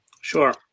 sure